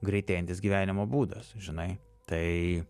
greitėjantis gyvenimo būdas žinai tai